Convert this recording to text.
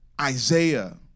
Isaiah